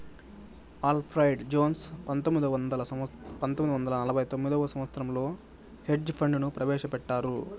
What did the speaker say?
Alfred Jones పంతొమ్మిది వందల నలభై తొమ్మిదవ సంవచ్చరంలో హెడ్జ్ ఫండ్ ను ప్రవేశపెట్టారు